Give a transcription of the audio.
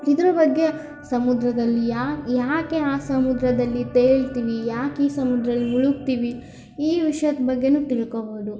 ಇದರ ಬಗ್ಗೆ ಸಮುದ್ರದಲ್ಲಿ ಏಕೆ ಆ ಸಮುದ್ರದಲ್ಲಿ ತೇಲ್ತೀವಿ ಯಾಕೆ ಈ ಸಮುದ್ರದಲ್ಲಿ ಮುಳುಗ್ತೀವಿ ಈ ವಿಷ್ಯದ ಬಗ್ಗೆಯೂ ತಿಳ್ಕೊಬೋದು